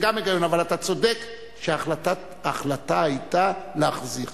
זה גם היגיון, אבל אתה צודק שההחלטה היתה להחזיר.